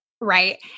Right